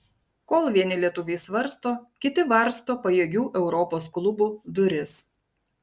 kol vieni lietuviai svarsto kiti varsto pajėgių europos klubų duris